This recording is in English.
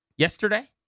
Yesterday